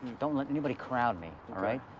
don't let anybody crowd me, all right?